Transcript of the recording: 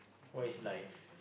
what is life